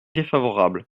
défavorable